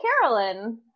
Carolyn